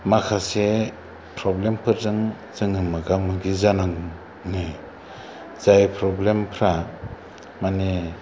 माखासे प्रब्लेमफोरजों जोङो मोगा मोगि जानाङो जाय प्रब्लेमफ्रा मानि